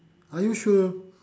are you sure